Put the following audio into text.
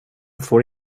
får